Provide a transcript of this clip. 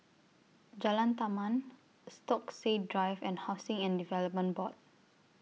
Jalan Taman Stokesay Drive and Housing and Development Board